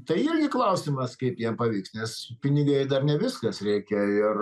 tai irgi klausimas kaip jiem pavyks nes pinigai dar ne viskas reikia ir